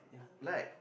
like